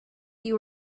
you